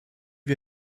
wir